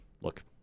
look